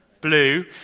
blue